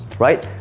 right?